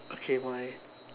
okay my